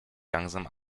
langsam